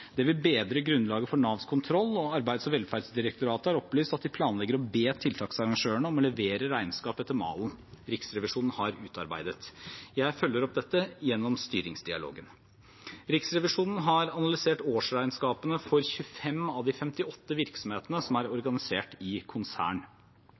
vil bedre grunnlaget for Navs kontroll. Arbeids- og velferdsdirektoratet har opplyst at de planlegger å be tiltaksarrangørene om å levere regnskap etter malen Riksrevisjonen har utarbeidet. Jeg følger opp dette gjennom styringsdialogen. Riksrevisjonen har analysert årsregnskapene for 25 av de 58 virksomhetene som er